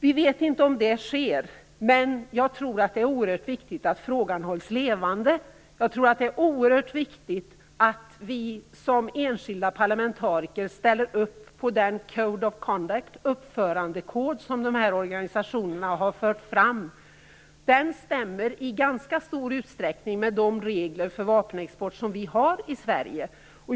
Vi vet inte om det sker, men jag tror att det är oerhört viktigt att frågan hålls levande. Det är också oerhört viktigt att vi som enskilda parlamentariker ställer upp på den uppförandekod, code of conduct, som de här organisationerna har fört fram. Den stämmer i ganska stor utsträckning med de regler för vapenexport som vi har i Sverige.